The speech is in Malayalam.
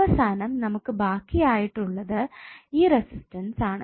അവസാനം നമുക്കു ബാക്കി ആയിട്ട് ഉള്ളത് ഈ റെസിസ്റ്റൻസ് ആണ്